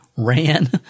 ran